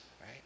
right